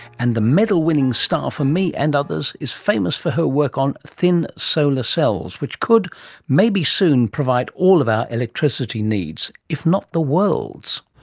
and the medal-winning star for me and others is famous for her work on thin solar cells which could maybe soon provide all of our electricity needs, if not the world's.